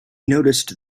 noticed